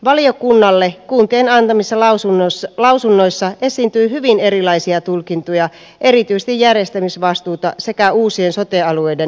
valiokunnalle kuntien antamissa lausunnoissa esiintyi hyvin erilaisia tulkintoja erityisesti järjestämisvastuusta sekä uusien sote alueiden hallintomallista